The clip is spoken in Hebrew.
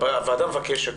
הוועדה מבקשת,